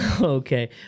Okay